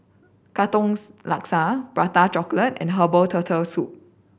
katongs laksa Prata Chocolate and herbal Turtle Soup